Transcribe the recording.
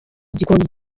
igikoni